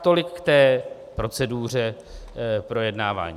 Tolik k té proceduře projednávání.